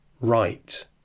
right